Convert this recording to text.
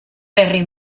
perry